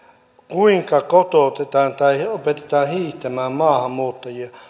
kuinka kotoutetaan tai opetetaan hiihtämään maahanmuuttajia